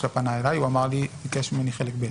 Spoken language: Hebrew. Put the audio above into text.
פנה אליי הוא ביקש ממני חלק ב'.